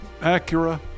Acura